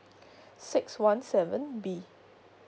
six one seven B